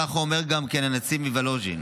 כך אומר גם כן הנציב מוולוז'ין.